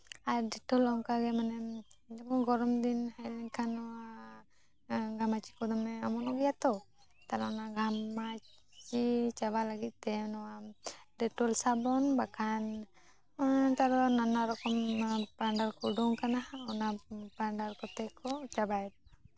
ᱟᱨ Dettol ᱦᱚᱸ ᱚᱱᱠᱟᱜᱮ ᱢᱟᱱᱮ ᱡᱮᱢᱚᱱ ᱜᱚᱨᱚᱢ ᱫᱤᱱ ᱦᱮᱡ ᱞᱮᱱᱠᱷᱟᱱ ᱱᱚᱣᱟ ᱜᱷᱟᱢᱟᱪᱷᱤ ᱠᱚ ᱫᱚᱢᱮ ᱚᱢᱚᱱᱚᱜ ᱜᱮᱭᱟ ᱛᱚ ᱛᱟᱦᱞᱮ ᱚᱱᱟ ᱜᱷᱟᱢᱟᱪᱷᱤ ᱪᱟᱵᱟ ᱞᱟᱹᱜᱤᱫ ᱛᱮ ᱱᱚᱣᱟ ᱰᱮᱴᱳᱞ ᱥᱟᱵᱚᱱ ᱵᱟᱠᱷᱟᱱ ᱱᱮᱛᱟᱨ ᱫᱚ ᱱᱟᱱᱟ ᱨᱚᱠᱚᱢ ᱯᱟᱣᱰᱟᱨ ᱠᱚ ᱩᱰᱩᱠ ᱟᱠᱟᱱᱟ ᱚᱱᱟ ᱯᱟᱣᱰᱟᱨ ᱠᱚᱛᱮ ᱠᱚ ᱪᱟᱵᱟᱭᱮᱫᱟ